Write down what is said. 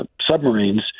submarines